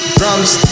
drums